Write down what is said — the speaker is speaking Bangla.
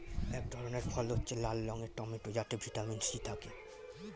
এক ধরনের ফল হচ্ছে লাল রঙের টমেটো যাতে ভিটামিন সি থাকে